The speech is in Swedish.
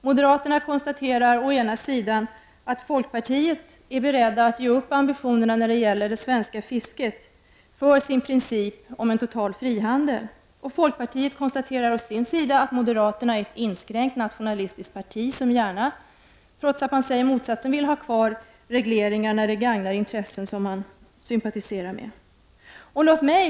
Å ena sidan konstaterar moderaterna att folkpartiet är berett att ge upp ambitionerna när det gäller det svenska fisket för sin princip om en total frihandel, och folkpartiet konstaterar å sin sida att moderaterna är ett inskränkt nationalistiskt parti som gärna, trots att man säger motsatsen, vill ha kvar regleringar när de gagnar intressen som man sympatiserar med.